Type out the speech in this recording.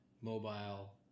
Mobile